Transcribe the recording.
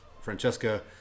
Francesca